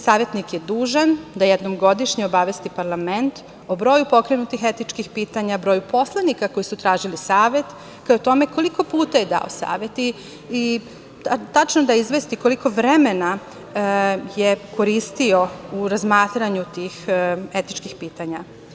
Savetnik je dužan da jednom godišnje obavesti parlament o broju pokrenutih etičkih pitanja, broju poslanika koji su tražili savet, kao i o tome koliko puta je dao savet i tačno da izvesti koliko vremena je koristio u razmatranju tih etičkih pitanja.